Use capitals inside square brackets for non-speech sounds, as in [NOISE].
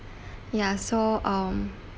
[BREATH] yeah so um